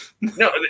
No